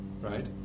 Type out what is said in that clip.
Right